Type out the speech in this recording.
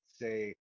say